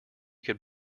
could